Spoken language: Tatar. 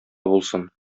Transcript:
булсын